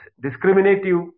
discriminative